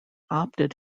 opted